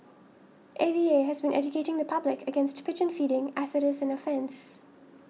A V A has been educating the public against pigeon feeding as it is an offence